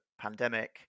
pandemic